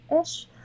ish